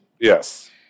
Yes